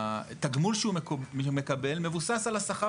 התגמול שמקבל חייל מילואים מבוסס על השכר